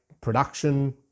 production